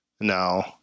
No